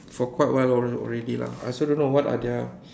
for quite awhile already lah I also don't know what are their